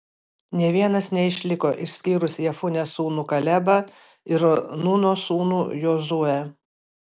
nė vienas neišliko išskyrus jefunės sūnų kalebą ir nūno sūnų jozuę